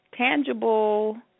tangible